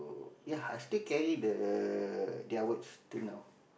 ya I still carry the their words still now